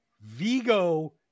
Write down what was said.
Vigo